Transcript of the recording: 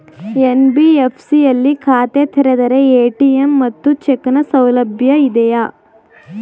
NBFC ಯಲ್ಲಿ ಖಾತೆ ತೆರೆದರೆ ಎ.ಟಿ.ಎಂ ಮತ್ತು ಚೆಕ್ ನ ಸೌಲಭ್ಯ ಇದೆಯಾ?